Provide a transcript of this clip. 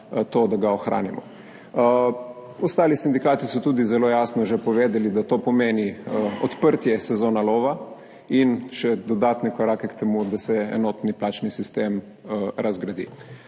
to, da ga ohranimo. Ostali sindikati so že tudi zelo jasno povedali, da to pomeni odprtje sezone lova in še dodatne korake k temu, da se enotni plačni sistem razgradi.